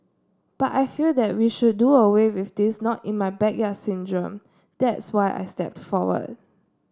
but I feel that we should do away with this not in my backyard syndrome that's why I stepped forward